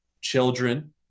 children